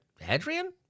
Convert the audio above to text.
Hadrian